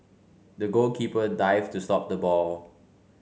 the goalkeeper dived to stop the ball